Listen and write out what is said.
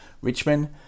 Richmond